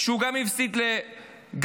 שהוא גם הפסיד לגנץ